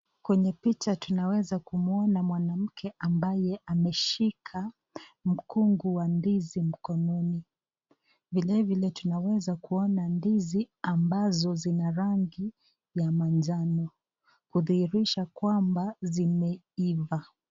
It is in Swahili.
Kwenye picha tunaweza kumuona mwanamke ambaye ameshika mkungu wa ndizi mkononi. Vile vile tunaweza kuona ndizi ambazo zina rangi ya manjano kudhihirisha kwamba zimeiva.